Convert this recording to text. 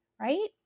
right